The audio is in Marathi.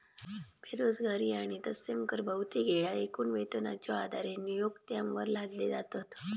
बेरोजगारी आणि तत्सम कर बहुतेक येळा एकूण वेतनाच्यो आधारे नियोक्त्यांवर लादले जातत